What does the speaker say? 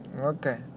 Okay